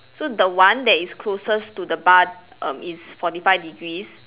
so the one that is closest to the bar um is forty five degrees